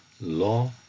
Law